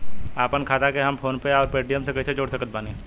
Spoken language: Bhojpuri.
आपनखाता के हम फोनपे आउर पेटीएम से कैसे जोड़ सकत बानी?